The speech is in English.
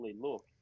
look